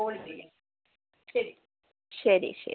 ശരി ശരി